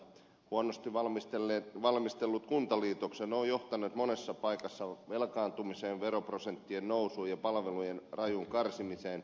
huonosti valmistellut kuntaliitokset ovat johtaneet monessa paikassa velkaantumiseen veroprosenttien nousuun ja palvelujen rajuun karsimiseen